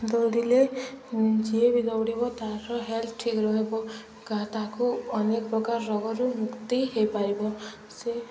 ଦୌଡ଼ିଲେ ଯିଏ ବି ଦୌଡ଼ିବ ତାର ହେଲ୍ଥ୍ ଠିକ ରହିବ ତାକୁ ଅନେକ ପ୍ରକାର ରୋଗରୁ ମୁକ୍ତି ହୋଇପାରିବ ସେ